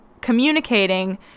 communicating